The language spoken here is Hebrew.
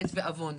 חטא ועוון.